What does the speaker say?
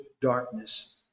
darkness